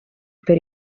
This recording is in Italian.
per